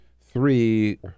Three